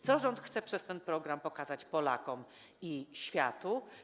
Co rząd chce przez ten program pokazać Polakom i światu?